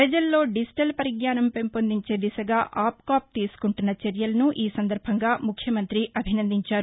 ప్రజల్లో డిజిటల్ పరిజ్ఞానం పెంపొందించే దిశగా ఆప్కాబ్ తీసుకుంటున్న చర్యలను ఈ సందర్బంగా ముఖ్యమంతి అభినందించారు